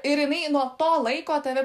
ir jinai nuo to laiko tave